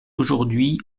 aujourd’hui